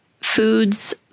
foods